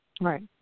Right